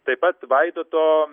taip pat vaidoto